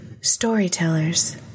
Storytellers